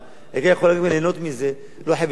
העירייה יכולה גם ליהנות מזה, לא חייבת לגבות.